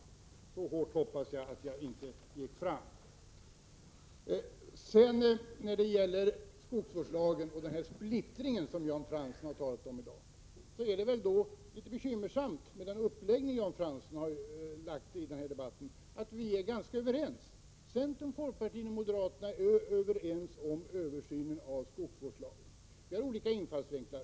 Jag hoppas som sagt att jag inte gick så hårt fram. När det gäller skogsvårdslagen och den splittring som Jan Fransson talar om är det väl litet bekymmersamt, med tanke på Jan Franssons uppläggning, att vi inom folkpartiet, centerpartiet och moderata samlingspartiet är ganska överens när det gäller översynen av skogsvårdslagen. Vi har olika infallsvinklar.